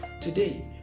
Today